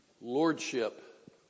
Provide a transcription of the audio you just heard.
lordship